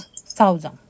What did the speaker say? thousand